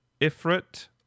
Ifrit